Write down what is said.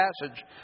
passage